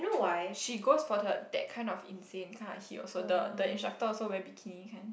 she goes for the that kind of insane kind of heat also the the instructor also wearing bikini kind